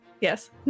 yes